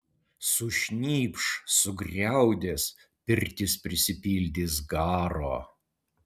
sušnypš sugriaudės pirtis prisipildys garo